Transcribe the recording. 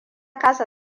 kasa